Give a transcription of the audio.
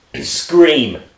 Scream